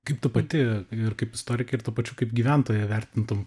kaip tu pati ir kaip istorikė ir tuo pačiu kaip gyventoja vertintum